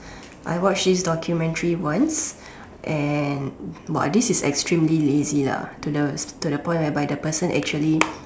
I watch this documentary once and !wah! this is extremely lazy lah to the to the point whereby the person actually